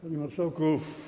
Panie Marszałku!